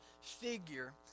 figure